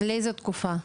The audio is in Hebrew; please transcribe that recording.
לאיזו תקופה?